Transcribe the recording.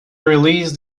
release